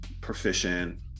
proficient